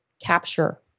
capture